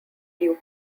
duke